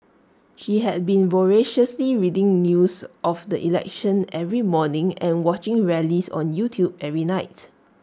she had been voraciously reading news of the election every morning and watching rallies on YouTube every night